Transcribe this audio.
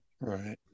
Right